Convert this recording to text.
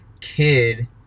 kid